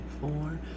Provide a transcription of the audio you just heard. four